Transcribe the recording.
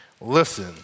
Listen